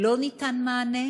לא ניתן מענה.